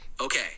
Okay